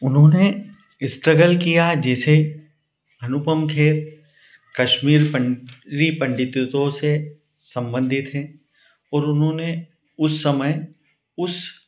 उन्होंने स्ट्रगल किया जैसे अनुपम खेर कश्मीर री पण्डितों से सम्बन्धित हैं और उन्होंने उस समय उस